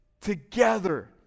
together